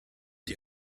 die